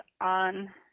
on